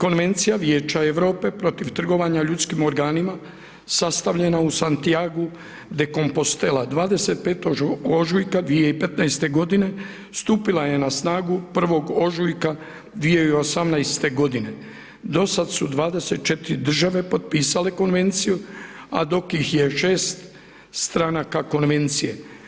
Konvencija vijeća Europe protiv trgovanja ljudskim organima sastavljena u Santiagu Dekompostela 25. ožujka 2015.g. stupila je na snagu 1. ožujka 2018.g. Dosad su 24 države potpisale Konvenciju, a dok ih je 6 stranaka Konvecije.